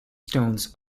stones